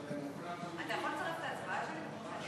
אתה יכול לצרף את ההצבעה שלי?